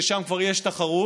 ששם כבר יש תחרות,